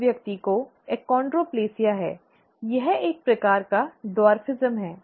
उस व्यक्ति को अचोंड्रोप्लासिया है यह एक प्रकार का बौनापन है